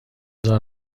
بزار